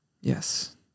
Yes